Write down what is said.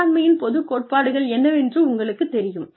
மேலாண்மையின் பொது கோட்பாடுகள் என்னவென்று உங்களுக்குத் தெரியும்